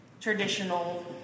traditional